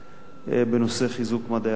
בנושא חיזוק מדעי הרוח.